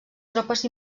tropes